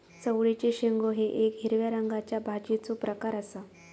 चवळीचे शेंगो हे येक हिरव्या रंगाच्या भाजीचो प्रकार आसा